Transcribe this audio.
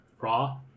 raw